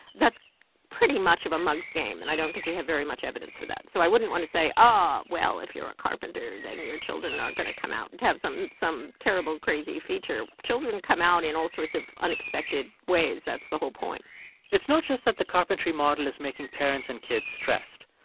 that's pretty much a mug's game. and i don't think we have very much evidence for that. so i wouldn't want to say, ah, well, if you're a carpenter, then your children are going to come out and to have some some terrible, crazy feature. children come out in all sorts of unexpected ways. that's the whole point it's not just that the carpentry model is making parents and kids stressed.